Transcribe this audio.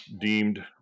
deemed